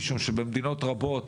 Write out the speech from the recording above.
משום שבמדינות רבות